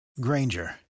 Granger